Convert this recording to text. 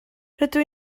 rydw